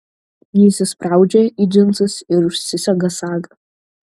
ji įsispraudžia į džinsus ir užsisega sagą